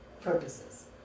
purposes